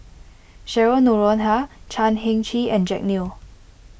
Cheryl Noronha Chan Heng Chee and Jack Neo